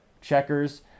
checkers